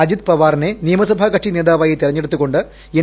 അജിത് പവാറിനെ നിയമസഭാകക്ഷിനേതാവായി തിരഞ്ഞെടുത്തുകൊണ്ട് എൻ